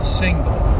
single